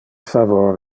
favor